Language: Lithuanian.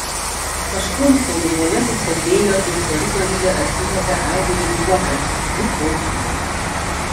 kažkur tolumoje suskambėjo ir koridoriuje atsiliepė aidu lyg juokas lyg šauksmas